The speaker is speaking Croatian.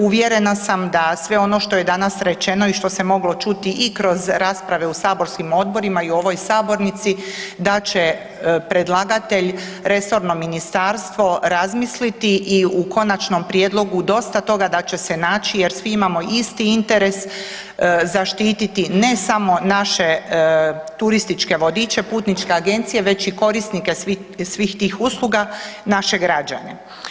Uvjerena sam da sve ono što je danas rečeno i što se moglo čuti i kroz rasprave u saborskim odborima i u ovoj sabornici da će predlagatelj resorno ministarstvo razmisliti i u konačnom prijedlogu dosta toga da će se naći jer svi imamo isti interes zaštititi ne samo naše turističke vodiče i putničke agencije već i korisnike svih tih usluga i naše građane.